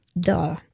Duh